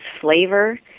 flavor